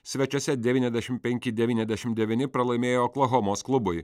svečiuose devyniasdešim penki devyniasdešim devyni pralaimėjo oklahomos klubui